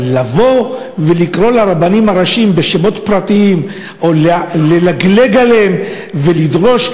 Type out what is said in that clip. אבל לבוא ולקרוא לרבנים הראשיים בשמות פרטיים או ללגלג עליהם ולדרוש?